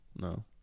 no